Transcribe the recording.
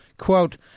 Quote